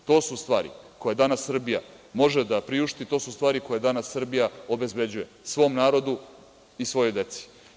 To su stvari koje danas Srbija može da priušti, to su stvari koje danas Srbija obezbeđuje, svom narodu i svojoj deci.